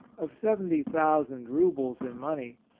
of seventy thousand rubles in money.